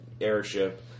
airship